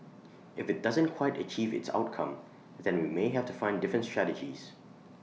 if IT doesn't quite achieve its outcome then we may have to find different strategies